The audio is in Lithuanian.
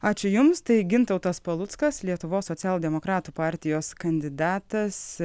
ačiū jums tai gintautas paluckas lietuvos socialdemokratų partijos kandidatas